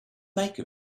make